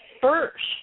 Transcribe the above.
first